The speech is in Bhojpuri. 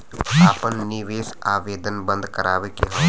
आपन निवेश आवेदन बन्द करावे के हौ?